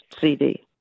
CD